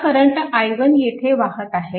हा current i1 येथे वाहत आहे